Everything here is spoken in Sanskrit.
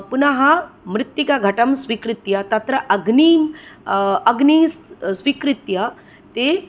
पुनः मृत्तिकाघटं स्वीकृत्य तत्र अग्निं अग्निस्स्वीकृत्य ते